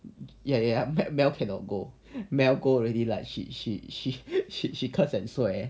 ya ya ya mel cannot go mel go already like she she she she she curse and swear